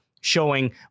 showing